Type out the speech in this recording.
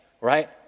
right